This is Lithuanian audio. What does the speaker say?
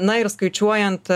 na ir skaičiuojant